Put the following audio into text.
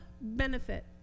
benefit